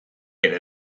ere